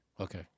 Okay